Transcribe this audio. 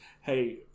hey